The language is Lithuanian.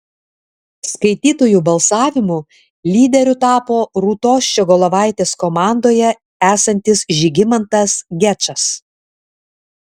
skaitytojų balsavimu lyderiu tapo rūtos ščiogolevaitės komandoje esantis žygimantas gečas